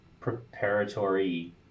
preparatory